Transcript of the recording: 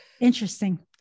interesting